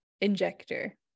injector